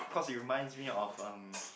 cause you reminds me of um